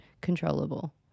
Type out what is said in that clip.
controllable